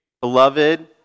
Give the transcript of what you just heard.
Beloved